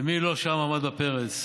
ומי לא עמד שם בפרץ?